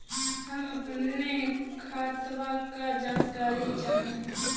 हम अपने खतवा क जानकारी चाही?